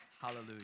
hallelujah